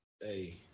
hey